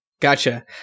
Gotcha